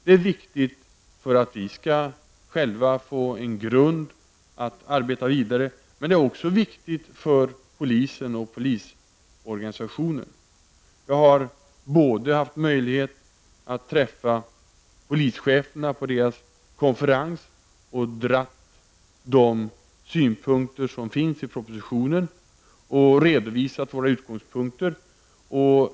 Det är viktigt för att vi själva skall få en grund för det vidare arbetet. Men det är också viktigt för polisen och polisorganisationen. Jag har haft möjlighet att träffa polischeferna på deras konferens. Jag har förmedlat de synpunkter som finns i propositionen och redovisat våra utgångspunkter.